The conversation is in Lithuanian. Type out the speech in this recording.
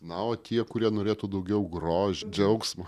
na o tie kurie norėtų daugiau grožio džiaugsmo